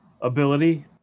ability